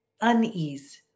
unease